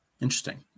Interesting